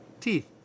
Teeth